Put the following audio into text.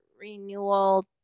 renewal